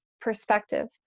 perspective